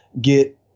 get